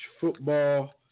football